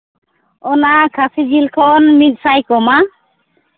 ᱚᱱᱟ ᱠᱷᱟᱹᱥᱤ ᱡᱤᱞ ᱠᱷᱚᱱ ᱢᱤᱫ ᱥᱟᱭ ᱠᱚᱢᱼᱟ